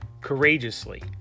Courageously